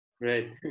Right